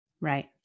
Right